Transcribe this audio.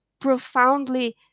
profoundly